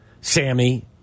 Sammy